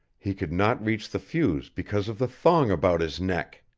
he could not reach the fuse because of the thong about his neck!